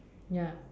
ya